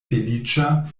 feliĉa